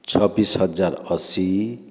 ଛବିଶି ହଜାର ଅଶୀ